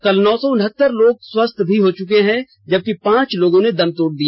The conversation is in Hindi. कल नौ सौ उनहत्तर लोग स्वस्थ भी हुए जबकि पांच लोगों ने दम तोड़ दिया